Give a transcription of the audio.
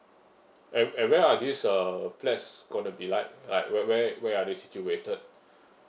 and and where are this uh flats going to be like like where where where are they situated